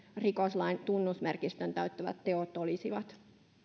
rikoslain tunnusmerkistön täyttävät teot olisivat